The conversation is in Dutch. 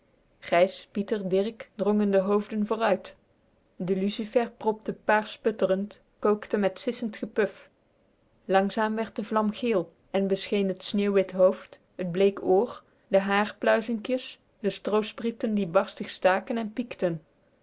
gijs pieter dirk drongen de hoofden vooruit de lucifer propte paars sputterend kookte met sissend gepuf langzaam werd de vlam geel en bescheen het sneeuwwit hoofd het bleek oor de haar pluizinkjes de stroosprieten die barstig staken en piekten